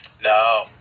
No